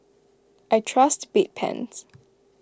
I trust Bedpans